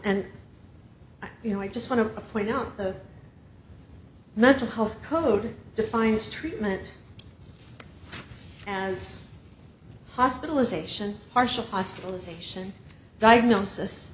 and you know i just want to point out the mental health code defines treatment as hospitalization partial hospitalization diagnosis